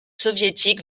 soviétique